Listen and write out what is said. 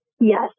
Yes